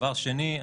דבר שני,